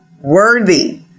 worthy